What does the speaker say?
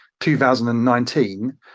2019